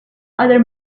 other